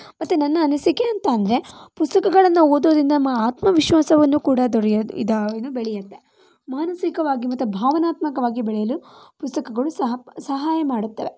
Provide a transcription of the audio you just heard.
ಮತ್ತು ನನ್ನ ಅನಿಸಿಕೆ ಅಂತ ಅಂದರೆ ಪುಸ್ತಕಗಳನ್ನು ಓದೋದರಿಂದ ನಮ್ಮ ಆತ್ಮ ವಿಶ್ವಾಸವನ್ನು ಕೂಡ ದೊರೆಯು ಇದು ಬೆಳೆಯುತ್ತೆ ಮಾನಸಿಕವಾಗಿ ಮತ್ತೆ ಭಾವನಾತ್ಮಕವಾಗಿ ಬೆಳೆಯಲು ಪುಸ್ತಕಗಳು ಸಹ ಸಹಾಯ ಮಾಡುತ್ತವೆ